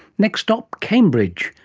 next stop, cambridge,